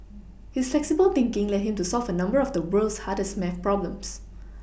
his flexible thinking led him to solve a number of the world's hardest math problems